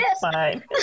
fine